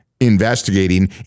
investigating